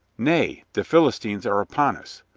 nay, the philistines are upon us.